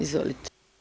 Izvolite.